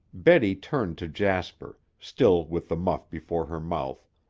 betty turned to jasper, still with the muff before her mouth,